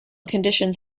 conditions